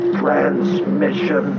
transmission